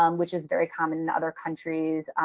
um which is very common in other countries.